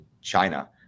China